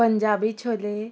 Punjabi chole